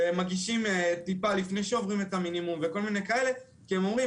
הם מגישים טיפה לפני שעוברים את המינימום וכל מיני כאלה כי הם אומרים